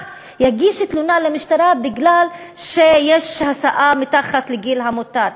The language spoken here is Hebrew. יגישו תלונה למשטרה בגלל שיש השאה מתחת לגיל המותר?